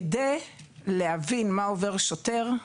כדי להבין מה עובר שוטר,